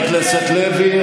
חבר הכנסת לוי,